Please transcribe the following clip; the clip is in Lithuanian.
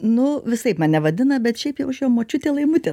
nu visaip mane vadina bet šiaip jau aš jau močiutė laimutė